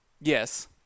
Yes